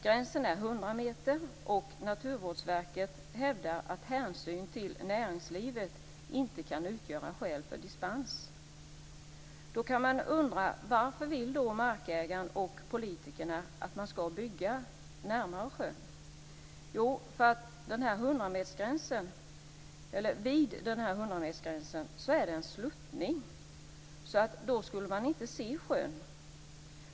Gränsen är 100 meter, och Naturvårdsverket hävdar att hänsyn till näringslivet inte kan utgöra skäl för dispens. Då kan man undra: Varför vill markägaren och politikerna att man skall bygga närmare sjön? Jo, för att vid denna hundrametersgräns är det en sluttning, så därifrån ser man inte sjön.